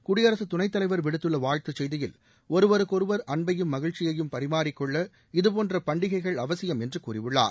குடியரசுத் துணைத்தலைவா் விடுத்துள்ள வாழ்த்துச் செய்தியில் ஒருவருக்கொருவா் அன்பையும் மகிழ்ச்சியையும் பரிமாறிக் கொள்ள இதுபோன்ற பண்டிகைகள் அவசியம் என்று கூறியுள்ளார்